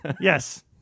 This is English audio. Yes